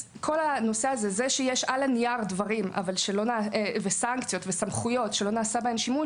זה שיש על הנייר סנקציות וסמכויות שלא נעשה בהן שימוש,